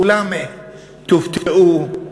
אולי תופתעו,